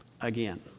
again